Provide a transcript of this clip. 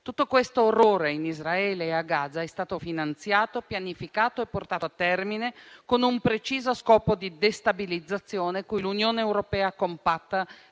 Tutto questo orrore in Israele e a Gaza è stato finanziato, pianificato e portato a termine con un preciso scopo di destabilizzazione, cui l'Unione europea, compatta,